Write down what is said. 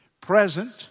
present